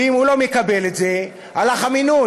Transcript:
ואם הוא לא מקבל את זה, הלך המינוי.